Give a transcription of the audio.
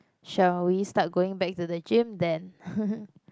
shall we start going back to the gym then